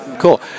Cool